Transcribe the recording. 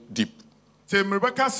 deep